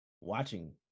watching